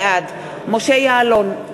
בעד משה יעלון,